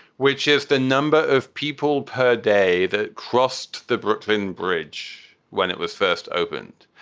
which is the number of people per day that crossed the brooklyn bridge when it was first opened,